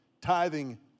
Tithing